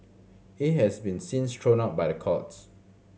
he has been since thrown out by the courts